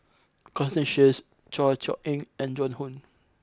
Constance Sheares Chor Yeok Eng and Joan Hon